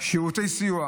שירותי סיוע: